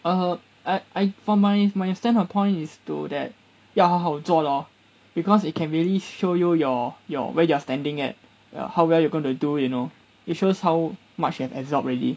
um I I for my my stand on point is to that 要好好做 lor because it can really show you your your where you're standing at ya how where you're going to do it you know it shows how much you've absorbed already